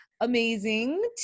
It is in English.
amazing